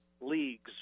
leagues